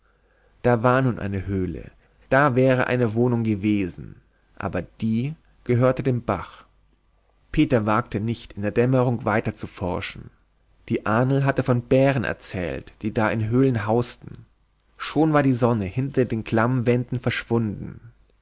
da war nun eine höhle da wäre eine wohnung gewesen aber die gehörte dem bach peter wagte nicht in der dämmerung weiterzuforschen die ahnl hatte von bären erzählt die da in höhlen hausten schon war die sonne hinter den klammwänden verschwunden